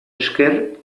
esker